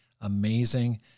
amazing